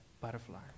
butterfly